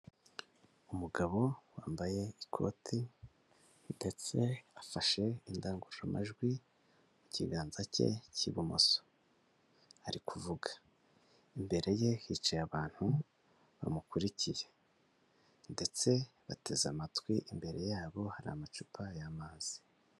Umugabo wambaye ikoti, ndetse afashe indangururamajwi mu kiganza cye cy'ibumoso, ari kuvuga, imbere ye hicaye abantu bamukurikiye, ndetse bateze amatwi, imbere yabo hari amacupa y'amazi.